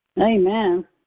Amen